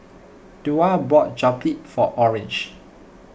Twila bought Japchae for Orange